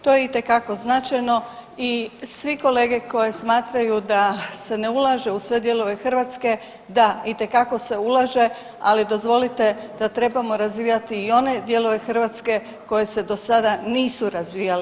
To je itekako značajno i svi kolege koje smatraju da se ne ulaže u sve dijelove Hrvatske da itekako se ulaže, ali dozvolite da trebamo razvijati i one dijelove Hrvatske koje se do sada nisu razvijale.